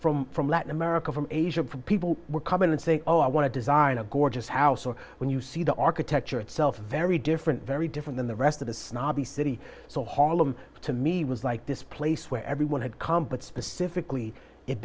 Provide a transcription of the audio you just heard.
from from latin america from asia people were coming and saying oh i want to design a gorgeous house or when you see the architecture itself very different very different than the rest of the snobby city so harlem to me was like this place where everyone had competence specifically it